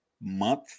month